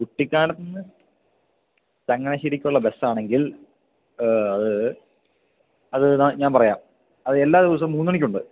കുട്ടിക്കാനത്ത് നിന്ന് ചങ്ങനാശ്ശേരിക്കുള്ള ബസ്സാണെങ്കിൽ അത് ഞാന് പറയാം അത് എല്ലാ ദിവസവും മൂന്നുമണിക്കുണ്ട്